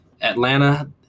Atlanta